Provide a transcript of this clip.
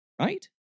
right